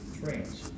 trains